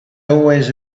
always